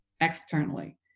externally